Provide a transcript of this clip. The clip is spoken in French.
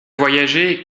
voyager